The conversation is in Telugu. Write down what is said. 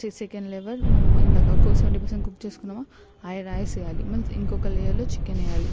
సి సెకండ్ లెవెల్ మనం ఇందాక కో సెవెంటీ పర్సెట్ కుక్ చేసుకున్నామా ఆ రైస్ వేయాలి ఇంకో లేయర్లో చికెన్ వేయాలి